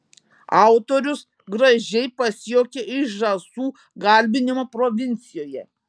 autorius gražiai pasijuokia iš žąsų garbinimo provincijoje